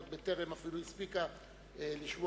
עוד בטרם אפילו הספיקה לשמוע,